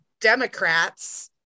democrats